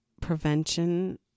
prevention